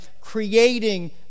creating